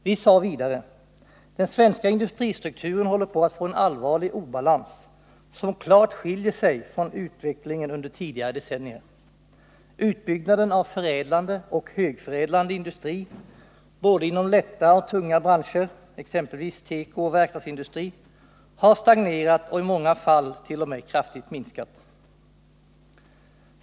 Vi sade vidare: Den svenska industristrukturen håller på att få en allvarlig obalans, som klart skiljer sig från utvecklingen under tidigare decennier. Utbyggnaden av förädlande och högförädlande industri, inom både lätta och tunga branscher, exempelvis tekooch verkstadsindustri, har stagnerat och i många fall t.o.m. kraftigt minskat.